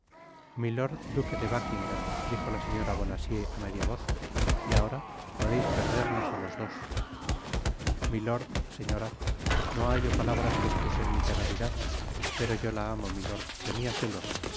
milord duque de buckingam dijo la señora bonacieux á media voz y ahora podeis perdernos á los dos milord señora no hallo palabras que escusen mi temeridad pero yo la amo milord tenia celos